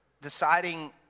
deciding